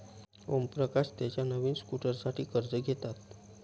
ओमप्रकाश त्याच्या नवीन स्कूटरसाठी कर्ज घेतात